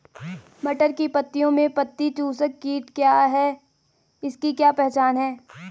मटर की पत्तियों में पत्ती चूसक कीट क्या है इसकी क्या पहचान है?